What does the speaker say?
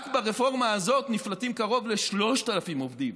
רק ברפורמה הזאת נפלטים קרוב ל-3,000 עובדים.